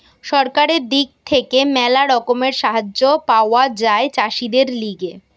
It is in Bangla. সরকারের দিক থেকে ম্যালা রকমের সাহায্য পাওয়া যায় চাষীদের লিগে